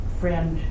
friend